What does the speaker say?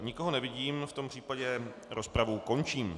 Nikoho nevidím, v tom případě rozpravu končím.